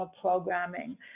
programming